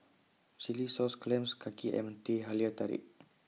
Chilli Sauce Clams Kaki Ayam Teh Halia Tarik